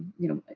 you know,